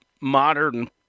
modern